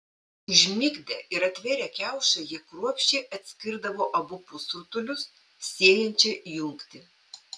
užmigdę ir atvėrę kiaušą jie kruopščiai atskirdavo abu pusrutulius siejančią jungtį